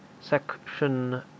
Section